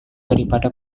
daripada